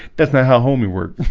that's not how homie work